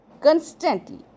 constantly